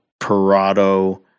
Parado